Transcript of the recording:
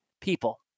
people